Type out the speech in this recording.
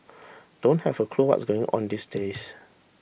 don't have a clue what's going on these days